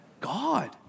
God